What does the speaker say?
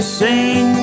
sing